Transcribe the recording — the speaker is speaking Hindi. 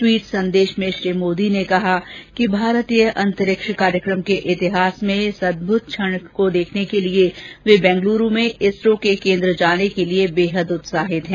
टवीट संदेश में श्री मोदी ने कहा कि भारतीय अंतरिक्ष कार्यक्रम के इतिहास में इस अद्भुत क्षण को देखने के लिए वे बेंगलूरू में इसरो के केंद्र जाने के लिए बेहद उत्साहित हैं